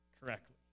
correctly